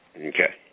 Okay